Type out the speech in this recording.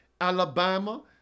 Alabama